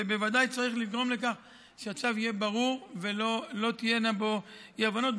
ובוודאי צריך לגרום לכך שהצו יהיה ברור ולא תהיינה בו אי-הבנות,